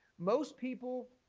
most people